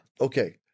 Okay